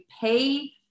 pay